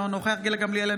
אינו נוכח גילה גמליאל,